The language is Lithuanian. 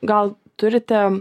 gal turite